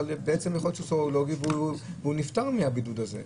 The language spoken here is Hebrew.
אבל בעצם יכול להיות שהוא סרולוגי והוא פטור מהבידוד הזה.